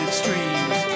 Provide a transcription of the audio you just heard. streams